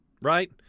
right